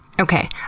Okay